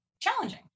challenging